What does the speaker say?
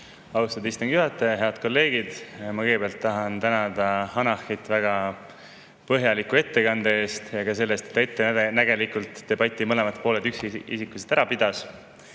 austatud istungi juhataja! Head kolleegid! Ma kõigepealt tahan tänada Hanahit väga põhjaliku ettekande eest ja selle eest, et ta ettenägelikult debati mõlemad pooled üksikisikuliselt ära pidas.